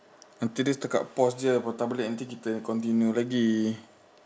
nanti dia setakat pause je patah balik nanti kita continue lagi